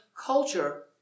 culture